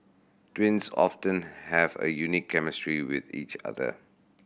twins often have a unique chemistry with each other